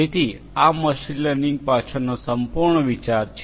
જેથી આ machine learning પાછળનો સંપૂર્ણ વિચાર છે